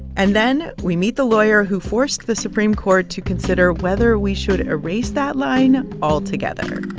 and then we meet the lawyer who forced the supreme court to consider whether we should erase that line altogether